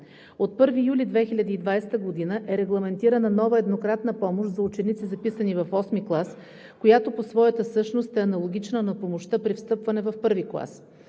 От 1 юли 2020 г. е регламентирана нова еднократна помощ за ученици, записани в VIII клас, която по своята същност е аналогична на помощта при встъпване в I клас.